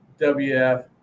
WF